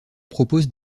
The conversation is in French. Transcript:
proposent